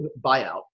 buyout